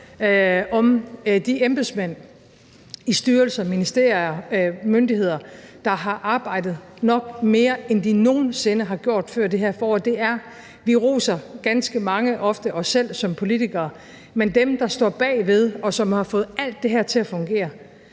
til de embedsmænd i styrelser, ministerier og myndigheder, der har arbejdet nok mere, end de nogen sinde har gjort før det her forår. Vi roser ganske mange gange ofte os selv som politikere, men dem, der står bagved, og som har fået alt det her til at fungere,